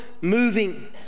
moving